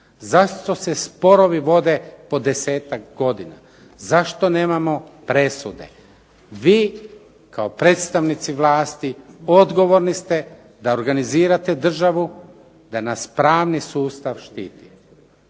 Zašto se sporovi vode po desetak godina? Zašto nemamo presude? Vi kao predstavnici vlasti odgovorni ste da organizirate državu da nas pravni sustav štiti.